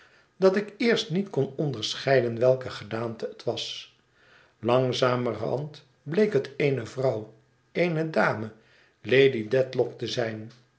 dat ik eerst niet kon onderscheiden welke gedaante het was langzamerhand bleek het eene vrouw eene dame lady dedlock te zijn